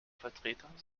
vertreter